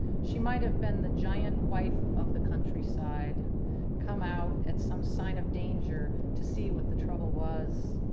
she might have been the giant wife of the countryside come out at some sign of danger to see what the trouble was.